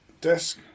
desk